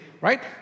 right